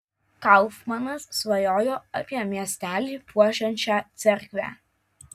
kaufmanas svajojo apie miestelį puošiančią cerkvę